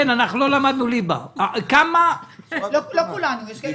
כמה עולה בדיקת